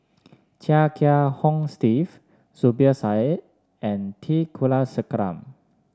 Chia Kiah Hong Steve Zubir Said and T Kulasekaram